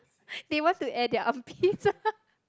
they want to air their armpits